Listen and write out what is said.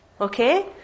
Okay